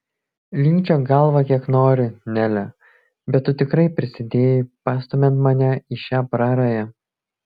linkčiok galvą kiek nori nele bet tu tikrai prisidėjai pastumiant mane į šią prarają